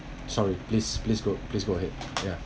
sorry please please go please go ahead ya